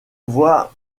voit